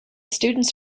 students